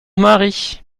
mari